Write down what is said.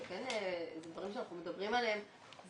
זה דברים שאנחנו מדברים עליהם.